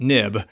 Nib